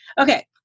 Okay